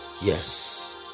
Yes